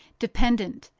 dependent,